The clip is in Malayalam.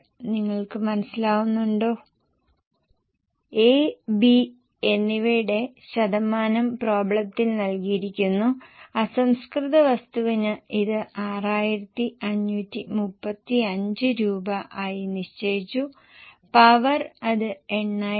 ഇപ്പോൾ നിശ്ചിത വില 954 ന്റെ 10 ശതമാനം വരെയാണ് അസംസ്കൃത വസ്തുക്കൾ 90 ശതമാനം വേരിയബിളും 10 ശതമാനം സ്ഥിരവുമാണ് നിങ്ങൾക്ക് ലഭിക്കുന്നുണ്ടോ